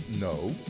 no